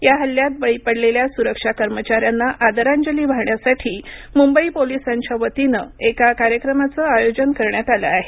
या हल्ल्यात बळी पडलेल्या सुरक्षा कर्मचाऱ्यांना आदरांजली वाहण्यासाठी मुंबई पोलिसांच्यावतीनं एका कार्यक्रमाचं आयोजन करण्यात आलं आहे